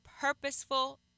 purposeful